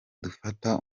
dufata